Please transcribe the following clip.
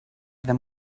them